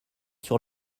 sur